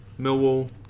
Millwall